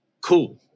cool